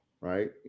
right